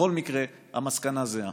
בכל מקרה המסקנה זהה.